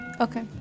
Okay